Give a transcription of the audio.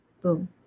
Boom